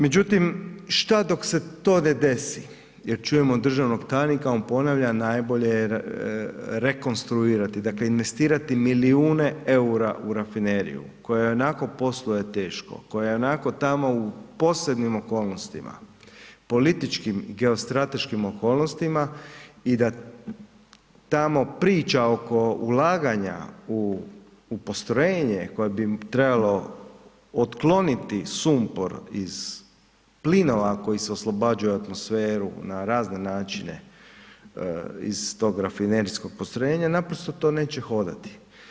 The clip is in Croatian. Međutim, šta dok se to ne desi, jer čujemo državnog tajnika, on ponavlja, najbolje je rekonstruirati, dakle investirati milijune eura u rafineriju koja ionako posluje teško, koja je ionako tamo u posebnim okolnostima, političkim, geostrateškim okolnostima i da tamo priča oko ulaganja u postrojenje koje bi trebalo otkloniti sumpor iz plinova koji se oslobađaju u atmosferu na razne načine iz tog rafinerijskog postrojenja naprosto to neće hodati.